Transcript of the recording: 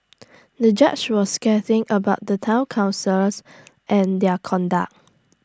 the judge was scathing about the Town councillors and their conduct